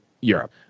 Europe